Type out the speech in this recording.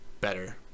better